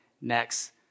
next